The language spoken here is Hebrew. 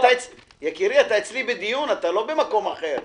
יקירי, אתה אצלי בדיון, אתה לא במקום אחר.